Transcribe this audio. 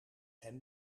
hem